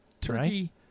Turkey